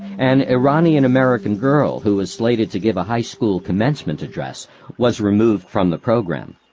an iranian-american girl who was slated to give a high school commencement address was removed from the program.